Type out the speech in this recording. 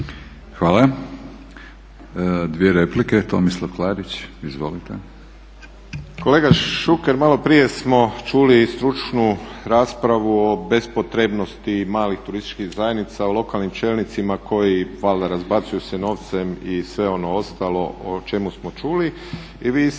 Hvala, dvije replike. Tomislav Klarić, izvolite. **Klarić, Tomislav (HDZ)** Kolega Šuker maloprije smo čuli stručnu raspravu o bespotrebnosti malih turističkih zajednica o lokalnim čelnicima koji valjda razbacuju se novcem i sve ono ostalo o čemu smo čuli i o